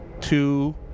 two